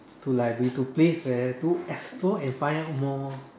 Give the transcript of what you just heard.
to like go to place where to explore and find out more